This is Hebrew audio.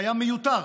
שהיה מיותר.